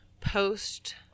post